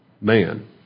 man